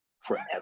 forever